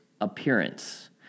appearance